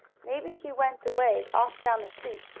maybe he went away off down the street,